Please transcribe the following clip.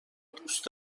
دوست